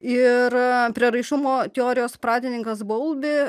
ir prieraišumo teorijos pradininkas baubė